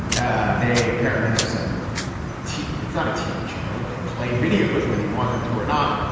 ah they apparently have some tea. it's not a tv channel. they play videos whether you want them to or not.